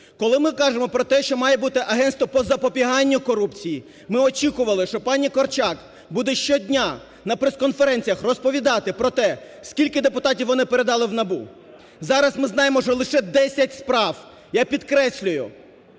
Коли ми кажемо про те, що має бути Агентство по запобіганню корупції, ми очікували, що пані Корчак буде щодня на прес-конференціях розповідати про те, скільки депутатів вони передали в НАБУ. Зараз ми знаємо, що лише 10 справ, я підкреслюю,